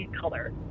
color